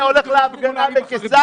תגיד שאתה הולך להפגנה בקיסריה.